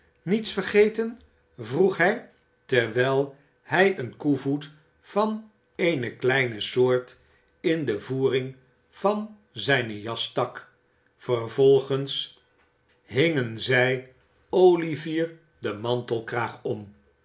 niets vergeten vroeg hij terwijl hij een koevoet van eens kleine soort in de voering van zijne jas stak vervolgens hingen zij olivier den mantelkraag om